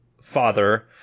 father